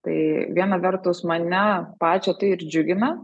tai viena vertus mane pačią tai ir džiugina